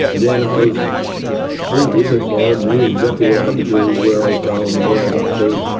yeah and i was full with it, i knew exactly what i had to do, where i was going, um what i was up to,